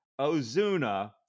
Ozuna